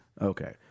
Okay